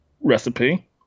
recipe